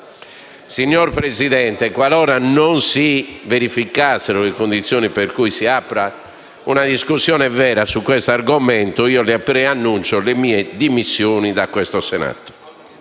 Signor Presidente, qualora non si verificassero le condizioni per cui si apra una discussione vera su questo argomento, preannuncio le mie dimissioni dal Senato.